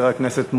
חבר הכנסת מוזס,